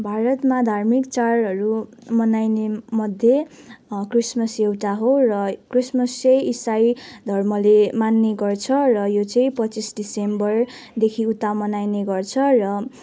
भारतमा धार्मिक चाडहरू मनाइनेमध्ये क्रिसमस एउटा हो र क्रिसमस चाहिँ इसाई धर्मले मान्ने गर्छ र यो चाहिँ पच्चिस दिसम्बर देखि उता मनाउने गर्छ र